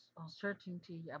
uncertainty